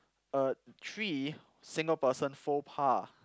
uh three single person faux pas